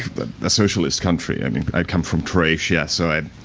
but a socialist country. i mean, i come from croatia so i,